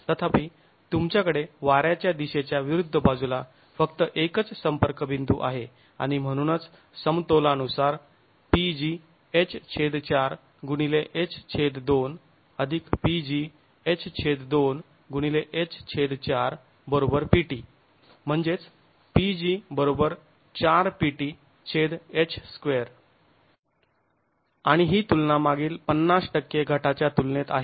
तथापि तुमच्याकडे वाऱ्याच्या दिशेच्या विरुद्ध बाजूला फक्त एकच संपर्क बिंदू आहे आणि म्हणूनच समतोलानुसार आणि ही तुलना मागील ५० घटाच्या तुलनेत आहे